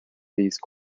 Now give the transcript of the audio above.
these